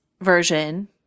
version